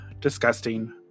disgusting